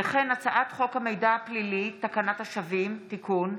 הצעת חוק המידע הפלילי ותקנת השבים (תיקון),